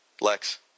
Lex